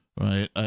Right